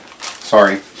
Sorry